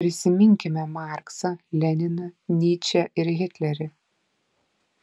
prisiminkime marksą leniną nyčę ir hitlerį